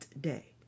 Day